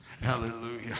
Hallelujah